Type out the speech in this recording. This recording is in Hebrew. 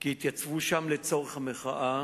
כי יתייצבו שם לצורך מחאה.